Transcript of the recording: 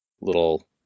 little